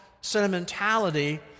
sentimentality